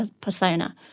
persona